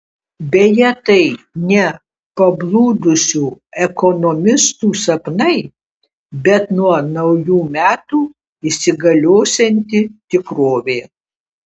deja tai ne pablūdusių ekonomistų sapnai bet nuo naujų metų įsigaliosianti tikrovė